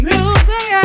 Music